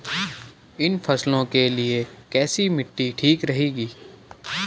इन फसलों के लिए कैसी मिट्टी ठीक रहेगी?